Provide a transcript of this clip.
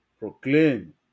proclaim